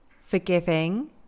forgiving